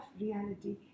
reality